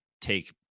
take